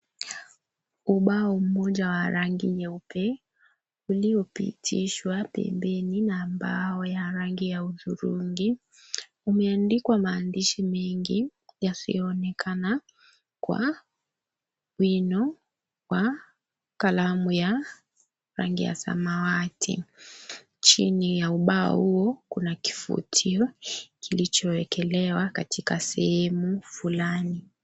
Ubao moja wa rangi nyeupe uliopitishwa pembeni na mbao ya rangi ya hudhurungi umeandikwa maandishi mengi yasiyoonekana kwa wino wa kalamu ya rangi ya samawati, chini ya ubao huo kuna kifutio kilichowekelewa katika sehemu fulani.